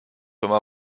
oma